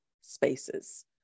spaces